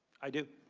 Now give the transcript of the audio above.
i do.